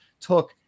took